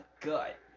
gut